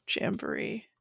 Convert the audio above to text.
jamboree